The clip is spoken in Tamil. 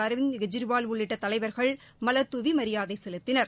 அரவிந்த் கெஜ்ரிவால் உள்ளிட்ட தலைவர்கள் மலர் தூவி மரியாதை செலுத்தினர்